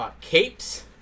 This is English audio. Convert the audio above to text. capes